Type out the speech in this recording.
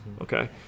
okay